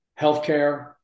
healthcare